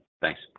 Thanks